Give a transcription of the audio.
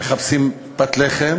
שמחפשים פת לחם